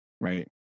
right